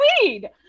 weed